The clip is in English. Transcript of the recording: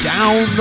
Down